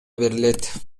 берилет